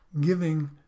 giving